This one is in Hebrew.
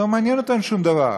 לא מעניין אותם שום דבר.